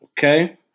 Okay